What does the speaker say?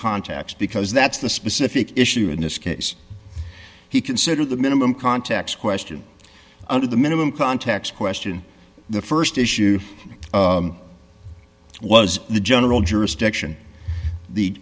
contacts because that's the specific issue in this case he considered the minimum context question under the minimum context question the st issue was the general jurisdiction the